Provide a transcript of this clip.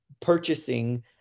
purchasing